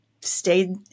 stayed